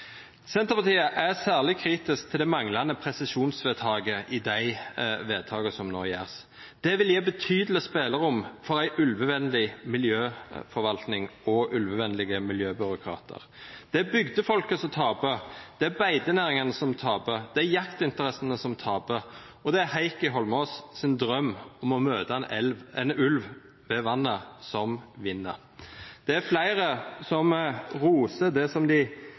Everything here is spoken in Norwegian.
Senterpartiet er særlig kritisk til det manglende presisjonsnivået i de vedtakene som nå gjøres. Det vil gi betydelig spillerom for en ulvevennlig miljøforvaltning og ulvevennlige miljøbyråkrater. Det er bygdefolket som taper, det er beitenæringene som taper, det er jaktinteressene som taper, og det er Heikki Eidsvoll Holmås’ drøm om å møte en ulv ved vannet som vinner. Det er flere som roser det de kaller for «et forlik», eller «et bredt forlik», som